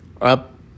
up